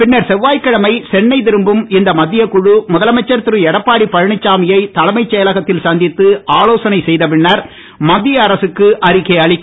பின்னர் செவ்வாய்கிழமை சென்னை திரும்பும் இந்த மத்திய குழு முதலமைச்சர் திரு எடப்பாடி பழனிச்சாமி யை தலைமைச் செயலகத்தில் சந்தித்து ஆலோசனை செய்த பின்னர் மத்திய அரசுக்கு அறிக்கை அளிக்கும்